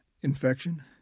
Infection